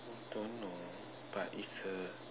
I don't know but is the